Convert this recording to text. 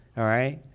alright,